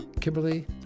Kimberly